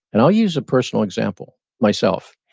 and i'll use a personal example, myself.